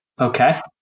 okay